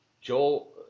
Joel